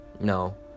No